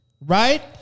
right